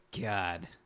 God